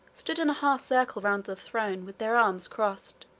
stood in a half-circle round the throne with their arms crossed,